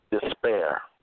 despair